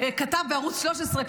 כתב בערוץ 13,